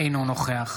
אינו נוכח